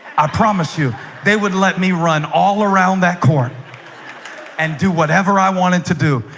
i promise you they would let me run all around that court and do whatever i wanted to do.